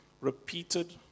repeated